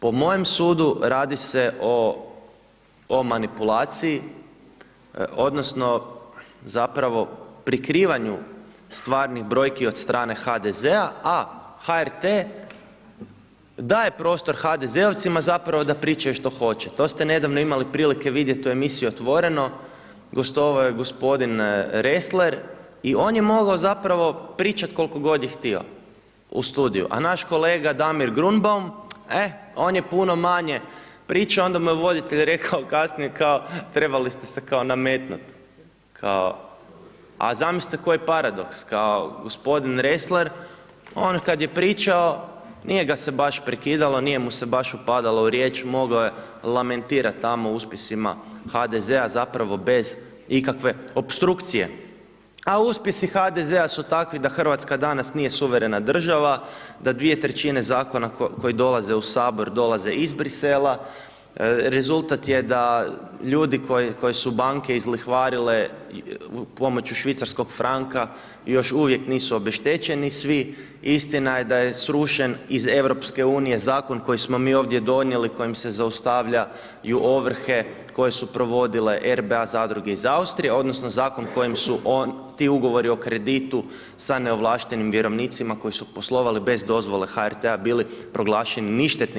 Po mojem sudu radi se o manipulaciji odnosno zapravo prikrivanju stvarnih brojki od strane HDZ-a, a HRT daje prostor HDZ-ovcima zapravo da pričaju što hoće, to ste nedavno imali prilike vidjeti u emisiji Otvoreno, gostovao je g. Restler i on je mogao zapravo pričat koliko god je htio u Studiu, a naš kolega Damir Grunbaum, e, on je puno manje pričao, onda mu je voditelj rekao kasnije kao trebali ste se kao nametnut kao, a zamislite koji paradoks kao g. Restler, on kad je pričao, nije ga se baš prekidalo, nije mu se baš upadalo u riječ, mogao je lamentirat tamo o uspjesima HDZ-a, zapravo bez ikakve opstrukcije, a uspjesi HDZ-a su takvi da RH danas nije suverena država, da 2/3 zakona koji dolaze u HS, dolaze iz Brisela, rezultat je da ljudi koje su banke izlihvarile pomoću švicarskog franka, još uvijek nisu obeštećeni svi, istina je da je srušen iz EU zakon koji smo mi ovdje donijeli, kojim se zaustavljaju ovrhe koje su provodile RBA zadruge iz Austrije odnosno zakon kojim su ti ugovori o kreditu sa neovlaštenim vjerovnicima koji su poslovali bez dozvole HRT-a bili proglašeni ništetnim.